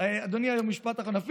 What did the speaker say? אדוני, משפט אחרון.